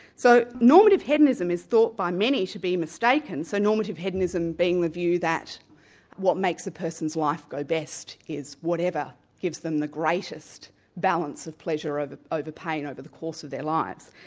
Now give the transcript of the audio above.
so normative hedonism is thought by many to be mistaken, so normative hedonism being the view that what makes the person's life go best is whatever gives them the greatest balance of pleasure over pain over the course of their lives.